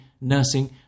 nursing